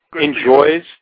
enjoys